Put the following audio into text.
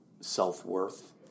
self-worth